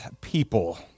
people